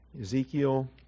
Ezekiel